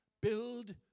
Build